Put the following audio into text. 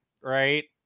right